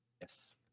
Yes